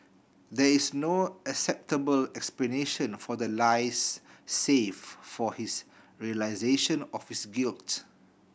there is no acceptable explanation for the lies save for his realisation of his guilt